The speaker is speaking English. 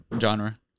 genre